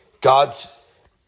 God's